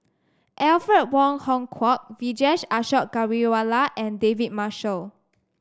Alfred Wong Hong Kwok Vijesh Ashok Ghariwala and David Marshall